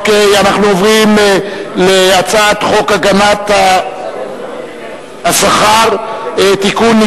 אנחנו עוברים להצעת חוק הגנת השכר (תיקון,